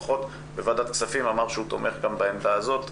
לפחות בוועדת הכספים הוא אמר שהוא תומך בעמדה הזאת,